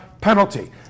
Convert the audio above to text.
penalty